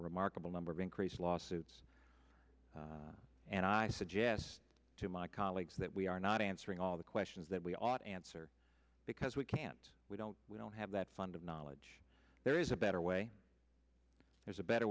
remarkable number of increased lawsuits and i suggest to my colleagues that we are not answering all the questions that we ought answer because we can't we don't we don't have that funded knowledge there is a better way there's a better